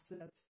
assets